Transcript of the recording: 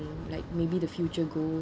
like maybe the future goal